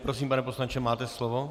Prosím, pane poslanče, máte slovo.